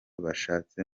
bashatse